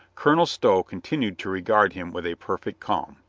colonel stow continued to regard him with a perfect calm.